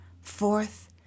Fourth